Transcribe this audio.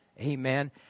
Amen